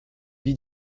vit